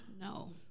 No